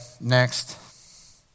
Next